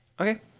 Okay